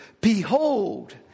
Behold